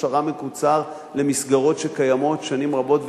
הכשרה מקוצר למסגרות שקיימות שנים רבות,